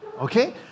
Okay